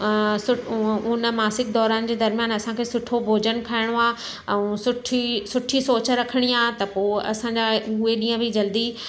सु उ उहा उन मासिक दौरानि जे दर्मियान असांखे सुठो भोजन खाइणो आहे ऐं सुठी सुठी सोचु रखिणी आहे त पोइ असांजा उहे ॾींहुं बि जल्दी